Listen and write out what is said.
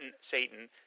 Satan